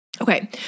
Okay